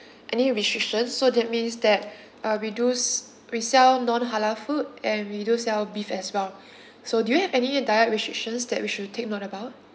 any restrictions so that means that uh we do we sell non-halal food and we do sell beef as well so do you have any diet restrictions that we should take note about